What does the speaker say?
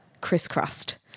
crisscrossed